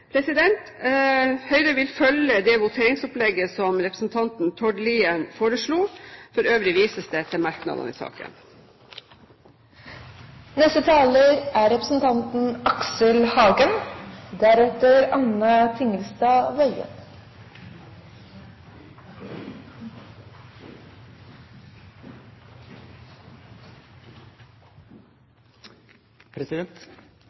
Høyre vi følge det voteringsopplegget som representanten Tord Lien foreslo. For øvrig vises det til merknadene i saken. Det er